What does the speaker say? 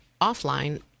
offline